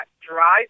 drive